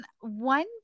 one